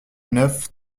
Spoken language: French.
neuf